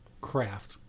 craft